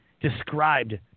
described